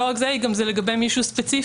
לא רק זה, אם זה לגבי משהו ספציפי.